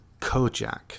Kojak